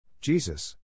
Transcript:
Jesus